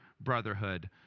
brotherhood